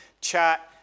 chat